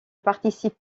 participe